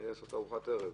אני רוצה לעשות ארוחת ערב.